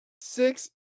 six